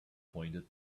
pointed